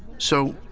so,